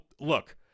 look